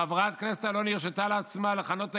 "חברת הכנסת אלוני הרשתה לעצמה לכנות את